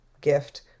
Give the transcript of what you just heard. gift